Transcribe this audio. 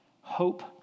hope